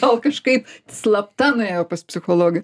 gal kažkaip slapta nuėjo pas psichologą